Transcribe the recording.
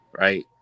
right